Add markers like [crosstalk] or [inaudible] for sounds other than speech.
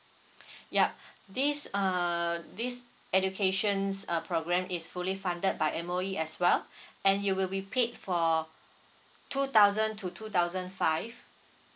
[breath] yup this uh this education's uh programme is fully funded by M_O_E as well [breath] and you will be paid for two thousand to two thousand five